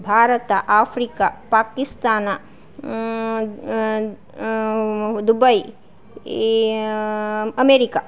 Bharat Africa Pakistan Dubai America